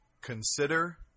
Consider